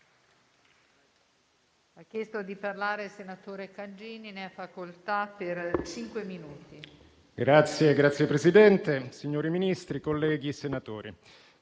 Signor Presidente, signori Ministri, colleghi senatori,